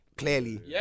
clearly